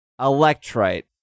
Electrite